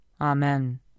Amen